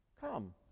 Come